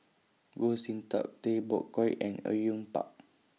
Goh Sin Tub Tay Bak Koi and Au Yue Pak